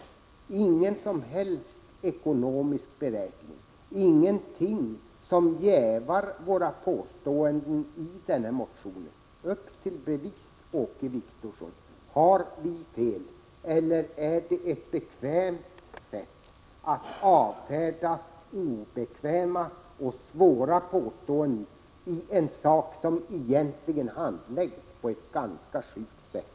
Han redovisar ingen som helst ekonomisk beräkning eller något annat som jävar våra uppgifter i motionen. Upp till bevis, Åke Wictorsson! Har vi fel? Eller är utskottets agerande ett bekvämt sätt att avfärda obekväma och svårhanterliga påståenden i ett ärende som egentligen handläggs på ett ganska sjukt sätt?